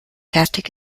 fertig